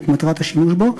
ואת מטרת השימוש בו,